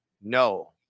No